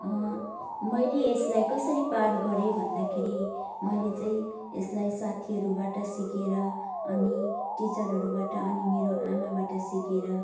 मैले यसलाई कसरी पार गरेँ भन्दाखेरि मैले चाहिँ यसलाई साथीहरूबाट सिकेर अनि टिचरहरूबाट अनि मेरो आमाबाट सिकेर